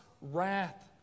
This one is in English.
wrath